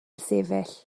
sefyll